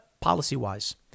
policy-wise